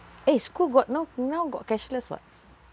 eh school got now now got cashless [what]